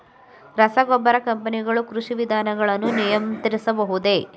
ರಸಗೊಬ್ಬರ ಕಂಪನಿಗಳು ಕೃಷಿ ವಿಧಾನಗಳನ್ನು ನಿಯಂತ್ರಿಸಬಹುದೇ?